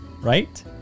Right